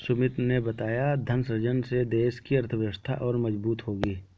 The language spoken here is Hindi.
सुमित ने बताया धन सृजन से देश की अर्थव्यवस्था और मजबूत होगी